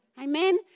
Amen